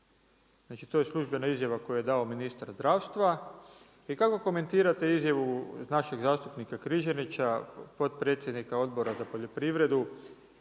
Znači to je službena izjava koju je dao ministar zdravstva. I kako komentirate izjavu našeg zastupnika Križanića potpredsjednika Odbora za poljoprivredu